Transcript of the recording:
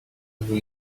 vous